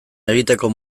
egiteko